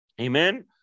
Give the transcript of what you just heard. amen